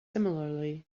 similarly